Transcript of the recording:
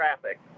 traffic